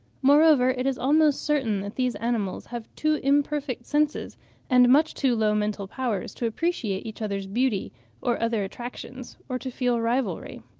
moreover it is almost certain that these animals have too imperfect senses and much too low mental powers to appreciate each other's beauty or other attractions, or to feel rivalry.